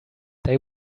they